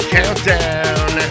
Countdown